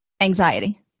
anxiety